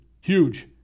Huge